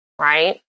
Right